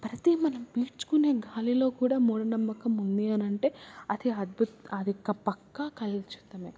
ప్రతి మనం పీల్చుకునే గాలిలో కూడా మూఢనమ్మకం ఉంది అని అంటే అది అద్భుత అది కప్పా పక్క కలుషితమే